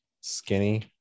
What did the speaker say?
Skinny